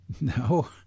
No